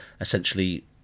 essentially